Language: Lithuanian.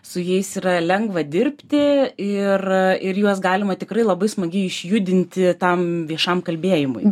su jais yra lengva dirbti ir ir juos galima tikrai labai smagiai išjudinti tam viešam kalbėjimui